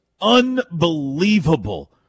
unbelievable